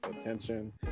attention